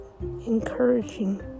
encouraging